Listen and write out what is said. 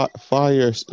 Fire